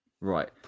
Right